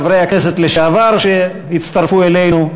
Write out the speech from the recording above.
חברי הכנסת לשעבר שהצטרפו אלינו,